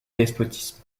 despotisme